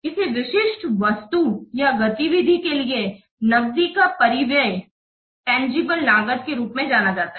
किसी विशिष्ट वस्तु या गतिविधि के लिए नकदी का परिव्यय तंजीबले लागत के रूप में जाना जाता है